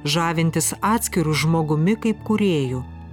žavintis atskiru žmogumi kaip kūrėju